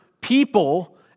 people